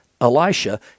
Elisha